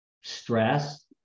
Stress